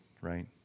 right